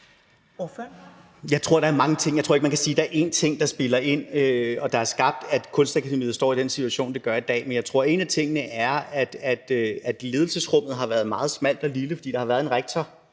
mange ting, der spiller ind. Jeg tror ikke, at man kan sige, at der er én ting, der spiller ind, og som har gjort, at Kunstakademiet står i den situation, det gør i dag. Men jeg tror, at en af tingene er, at ledelsesrummet har været meget smalt og trangt, fordi der bare har været en rektor.